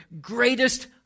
greatest